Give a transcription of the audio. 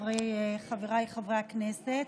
חבריי חברי הכנסת,